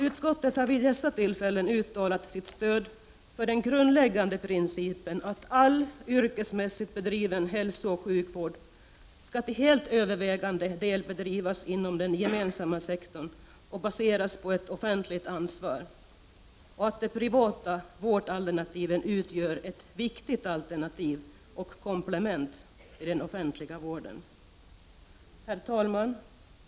Utskottet har vid dessa tillfällen uttalat sitt stöd för den grundläggande principen att all yrkesmässigt bedriven hälsooch sjukvård skall till helt övervägande del bedrivas inom den gemensamma sektorn och baseras på ett offentligt ansvar och att de privata vårdalternativen utgör ett viktigt alternativ och komplement till den offentliga vården. Herr talman!